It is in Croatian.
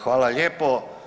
Hvala lijepo.